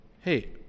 Hey